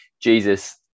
Jesus